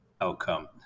outcome